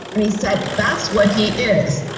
and he said that's what he is